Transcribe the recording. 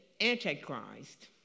Antichrist